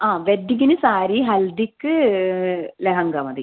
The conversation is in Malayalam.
ആ വെഡ്ഡിംഗിന് സാരി ഹൽദിക്ക് ലെഹങ്ക മതി